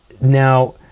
Now